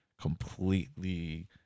completely